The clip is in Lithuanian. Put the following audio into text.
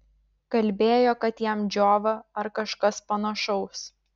kalbėjo kad jam džiova ar kažkas panašaus